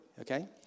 Okay